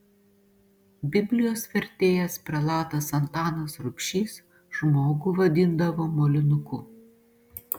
biblijos vertėjas prelatas antanas rubšys žmogų vadindavo molinuku